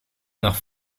nach